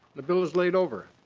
the bill is laid over.